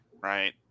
right